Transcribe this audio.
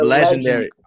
legendary